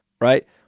right